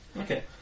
Okay